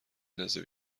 ندازه